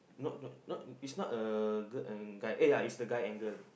no no no it's not a girl and guy eh ya is a guy and girl